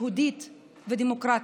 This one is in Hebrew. יהודית ודמוקרטית.